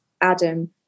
Adam